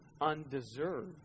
undeserved